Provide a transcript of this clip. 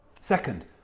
Second